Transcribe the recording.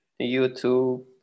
YouTube